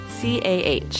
CAH